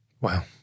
Wow